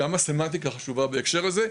גם הסמנטיקה חשובה בהקשר הזה,